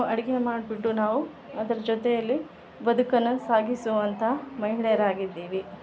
ಅಡುಗೆ ಮಾಡಿಬಿಟ್ಟು ನಾವು ಅದ್ರ ಜೊತೆಯಲ್ಲಿ ಬದುಕನ್ನು ಸಾಗಿಸುವಂಥ ಮಹಿಳೆಯರಾಗಿದ್ದೀವಿ